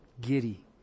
giddy